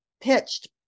pitched